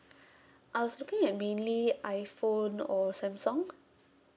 I was looking at mainly iphone or samsung